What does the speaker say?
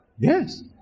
Yes